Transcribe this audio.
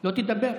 לא תדבר.